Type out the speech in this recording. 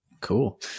cool